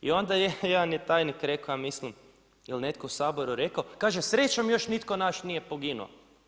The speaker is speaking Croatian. I ona je jedan je tajnik rekao, ja mislim, ili netko u Saboru rekao, kažem srećom još nitko naš nije poginuo.